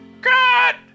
God